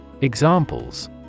Examples